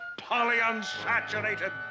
polyunsaturated